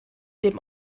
dem